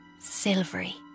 silvery